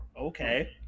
Okay